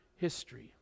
history